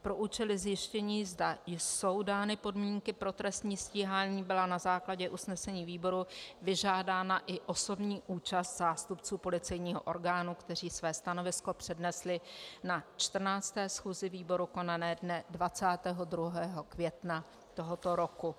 Pro účely zjištění, zda jsou dány podmínky pro trestní stíhání, byla na základě usnesení výboru vyžádána i osobní účast zástupců policejního orgánů, kteří své stanovisko přednesli na 14. schůzi výboru konané dne 22. května tohoto roku.